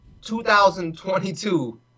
2022